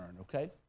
okay